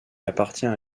appartient